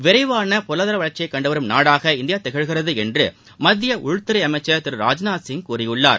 விரைவான பொருளாதார வளர்ச்சியை கண்டுவரும் நாடாக இந்தியா திகழ்கிறது என்று மத்திய உள்துறை அமைச்சர் திரு ராஜ்நாத்சிங் கூறியுள்ளார்